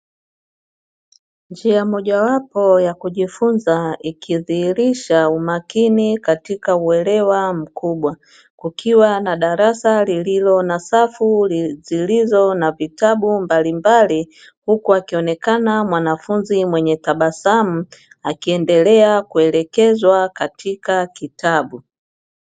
Njia mojawapo ya kujifunza ikidhihirisha umakini katika uelewa mkubwa kukiwa na darasa lililo na safu zilizo na vitabu mbalimbali huku akionekana mwanafunzi mwenye tabasamu akiendelea kuelekezwa katika kitabu.